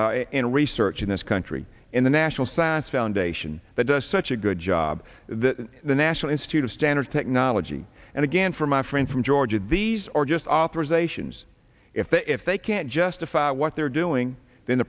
in research in this country in the national science foundation that does such a good job that the national institute of standards technology and again from my friend from georgia these are just authorizations if the if they can't justify what they're doing then